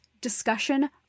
discussion